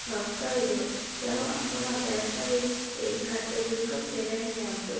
ନଷ୍ଟ ହୋଇଯିବ ତେଣୁ ଆପଣ ଦୟାକରି ଏହି ଖାଦ୍ୟଗୁଡ଼ିକ ଫେରାଇନିଅନ୍ତୁ